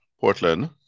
Portland